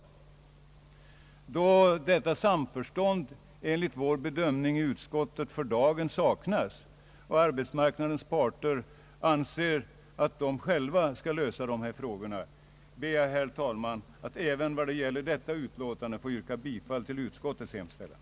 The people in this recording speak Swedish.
Eftersom detta samförstånd enligt vår bedömning i utskottet för dagen saknas och arbetsmarknadens parter anser att de själva skall lösa dessa frågor kommer jag, herr talman, att även vad det gäller detta utlåtande yrka bifall till utskottets hemställan.